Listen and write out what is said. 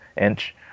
inch